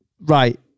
right